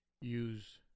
use